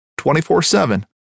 24-7